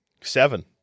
Seven